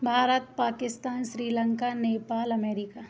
Bharat Pakistan Sri Lanka Nepal America